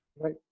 right